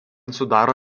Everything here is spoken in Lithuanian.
sudaro